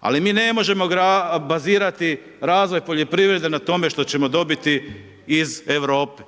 Ali mi ne možemo bazirati razvoj poljoprivrede na tome što ćemo dobiti iz Europe.